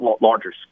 larger